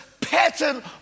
pattern